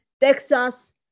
Texas